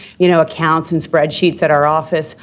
you know, accounts and spreadsheets at our office.